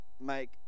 make